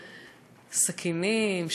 סכינים,